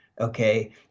okay